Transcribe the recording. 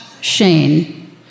Shane